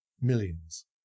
millions